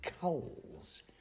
coals